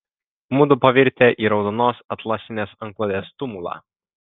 mudu pavirtę į raudonos atlasinės antklodės tumulą